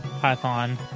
python